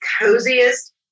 coziest